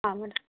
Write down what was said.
ಹಾಂ ಮೇಡಮ್